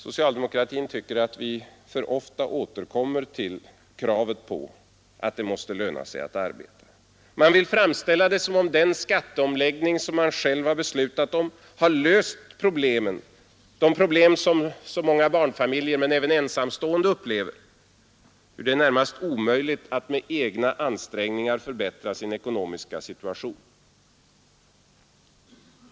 Socialdemokratin tycker att vi för ofta återkommer till kravet att det måste löna sig att arbeta. Man vill framställa det som om den skatteomläggning som man själv beslutat om har löst det problem som så många barnfamiljer men även ensamstående upplever: hur det är närmast omöjligt att med egna ansträngningar förbättra sin ekonomiska situation.